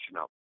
up